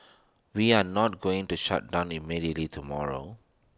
we are not going to shut down immediately tomorrow